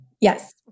Yes